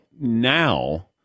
now